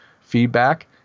feedback